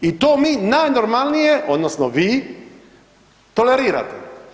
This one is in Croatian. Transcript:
I to mi najnormalnije, odnosno vi, tolerirate.